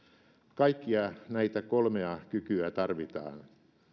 kaikkia näitä kolmea kykyä tarvitaan